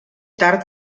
tard